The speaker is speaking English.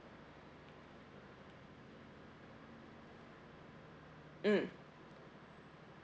mm